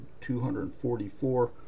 244